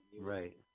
Right